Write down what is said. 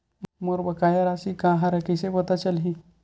मोर बकाया राशि का हरय कइसे पता चलहि?